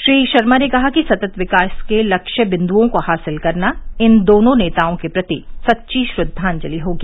श्री शर्मा ने कहा कि सतत विकास के लक्ष्य बिन्दुओं को हासिल करना इन दोनों नेताओं के प्रति सच्ची श्रद्वांजलि होगी